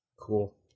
Cool